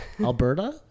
Alberta